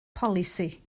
polisi